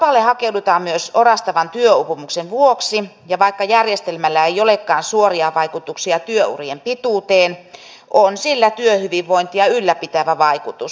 vapaalle hakeudutaan myös orastavan työuupumuksen vuoksi ja vaikka järjestelmällä ei olekaan suoria vaikutuksia työurien pituuteen on sillä työhyvinvointia ylläpitävä vaikutus